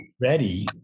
ready